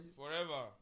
forever